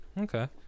Okay